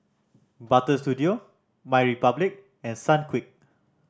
Butter Studio MyRepublic and Sunquick